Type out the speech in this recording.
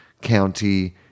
County